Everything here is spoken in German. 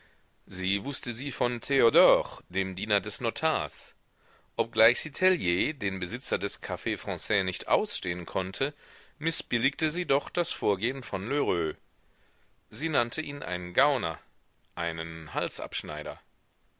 sie wußte sie von theodor dem diener des notars obgleich sie tellier den besitzer des caf franais nicht ausstehen konnte mißbilligte sie doch das vorgehen von lheureux sie nannte ihn einen gauner einen halsabschneider